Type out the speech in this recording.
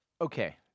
Okay